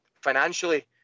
financially